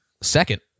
second